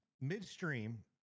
midstream